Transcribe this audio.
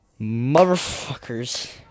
motherfuckers